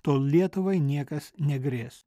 tol lietuvai niekas negrės